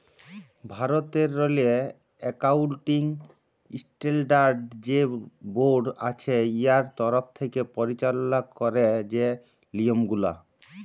ভারতেরলে accounting standard যে board আছে উয়ার তরফ থ্যাকে পরিচাললা ক্যারে যে লিয়মগুলা